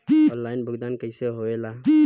Online भुगतान कैसे होए ला?